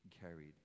carried